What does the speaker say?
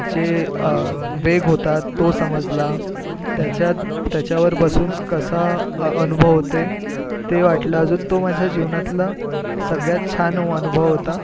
जे वेग होता तो समजला त्याच्यात त्याच्यावर बसून कसा अनुभव होते ते वाटलं अजून तो माझ्या जीवनातला सगळ्यात छान अनुभव होता